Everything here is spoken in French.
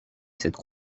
cette